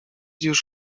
już